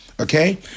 Okay